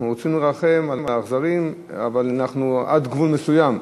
אנחנו רוצים לרחם על האכזרים אבל עד גבול מסוים.